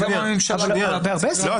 לא,